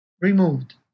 removed